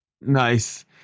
Nice